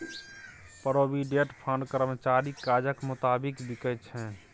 provident fund कर्मचारीक काजक मोताबिक बिकै छै